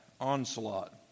onslaught